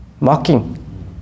mocking